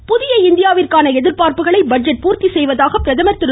பிரதமா புதிய இந்தியாவிற்கான எதிர்பார்ப்புகளை பட்ஜெட் பூர்த்தி செய்வதாக பிரதமர் திரு